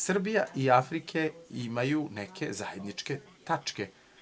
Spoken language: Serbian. Srbija i Afrika imaju neke zajedničke tačke.